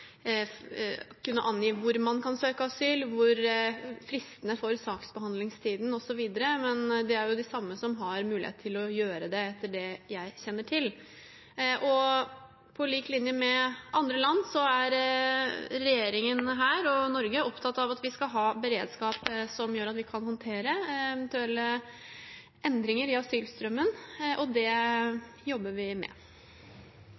angi hvor man kan søke asyl, og for fristene for saksbehandlingstid osv. Men det er de samme som har mulighet til å gjøre det, etter det jeg kjenner til. På lik linje med andre land er regjeringen opptatt av at vi i Norge skal ha beredskap som gjør at vi kan håndtere eventuelle endringer i asylstrømmen, og